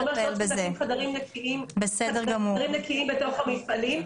זה אומר שלא נדרשים חדרים נקיים בתוך המפעלים.